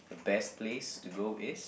the best place to go is